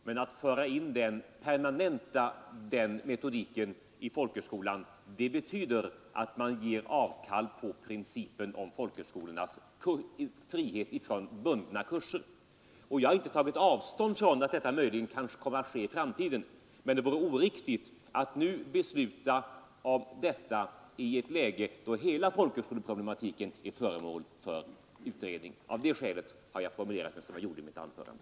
Men att permanenta den metodiken i folkhögskolan betyder att man gör avkall på principen om folkhögskolornas frihet från bundna kurser, Jag har inte sagt att detta inte möjligen kan komma att ske i framtiden, men det vore oriktigt att fatta ett beslut om det i ett läge då hela folkhögskoleproblematiken är föremål för utredning. Av. det skälet formulerade jag mig som jag gjorde i mitt anförande.